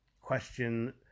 question